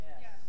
Yes